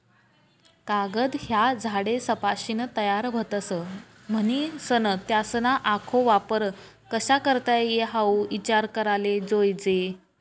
कागद ह्या झाडेसपाशीन तयार व्हतस, म्हनीसन त्यासना आखो वापर कशा करता ई हाऊ ईचार कराले जोयजे